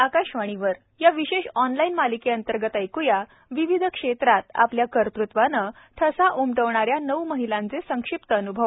आकाशवाणी या विशेष ऑनलाइन मालिकेअंतर्गत ऐक्या विविध क्षेत्रात आपल्या कर्तूत्वाने ठसा उमटविणाऱ्या नऊ महिलांचे संक्षिप्त अन्भव